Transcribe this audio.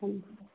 ಅಂದರೆ